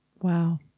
Wow